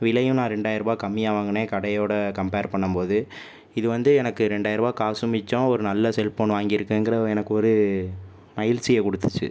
விலையும் நான் இரண்டாயிரம் ரூபாய் கம்மியாக வாங்கினேன் கடையோட கம்ப்பேர் பண்ணும் போது இது வந்து எனக்கு இரண்டாயிரம் ரூபா காசும் மிச்சம் ஒரு நல்ல செல் ஃபோன் வாங்கியிருக்கேங்கிற எனக்கொரு மகிழ்ச்சியை கொடுத்துச்சு